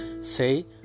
say